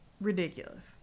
ridiculous